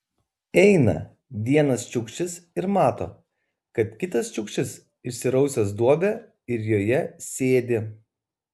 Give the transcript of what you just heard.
eina vienas čiukčis ir mato kad kitas čiukčis išsirausęs duobę ir joje sėdi